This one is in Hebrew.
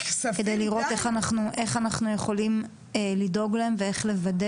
כדי לראות איך אנחנו יכולים לדאוג להם ולוודא